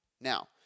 Now